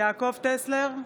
טסלר,